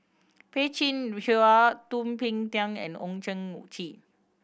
Peh Chin Hua Thum Ping Tjin and Owyang Chi